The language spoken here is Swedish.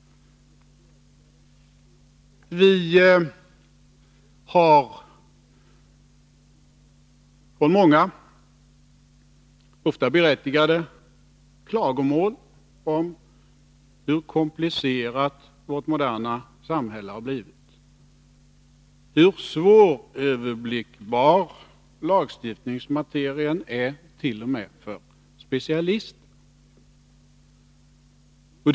Vi har fått många, ofta berättigade, klagomål om hur komplicerat vårt moderna samhälle har blivit, hur svåröverblickbar lagstiftningsmaterien är t.o.m. för specialister.